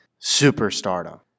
Superstardom